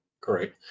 Great